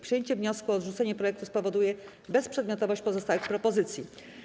Przyjęcie wniosku o odrzucenie projektu spowoduje bezprzedmiotowość pozostałych propozycji.